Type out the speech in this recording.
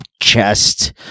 chest